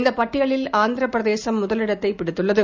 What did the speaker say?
இந்தபட்டியலில் ஆந்திரபிரதேசம் முதலிடத்தைபிடித்துள்ளது